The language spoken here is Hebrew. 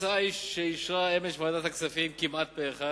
ההצעה שאישרה אמש ועדת הכספים, כמעט פה אחד,